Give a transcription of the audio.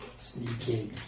Sneaking